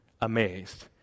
amazed